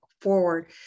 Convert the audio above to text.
forward